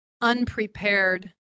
unprepared